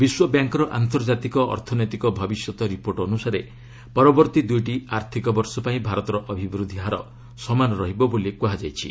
ବିଶ୍ୱବ୍ୟାଙ୍କ୍ର ଆନ୍ତର୍ଜାତିକ ଅର୍ଥନୈତିକ ଭବିଷ୍ୟତ ରିପୋର୍ଟ ଅନୁସାରେ ପରବର୍ତ୍ତୀ ଦୁଇଟି ଆର୍ଥକ ବର୍ଷ ପାଇଁ ଭାରତର ଅଭିବୃଦ୍ଧି ହାର ସମାନ ରହିବ ବୋଲି କୁହାଯାଇଛି